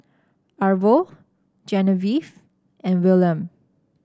Arvo Genevieve and Wilhelm